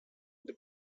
the